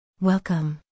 Welcome